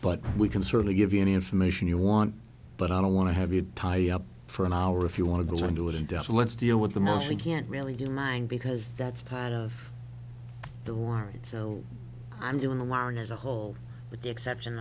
but we can certainly give you any information you want but i don't want to have you tied up for an hour if you want to go into it and let's deal with the most you can't really do mine because that's part of the war so i'm doing the wiring is a whole